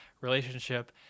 relationship